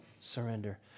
surrender